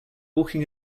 walking